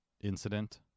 incident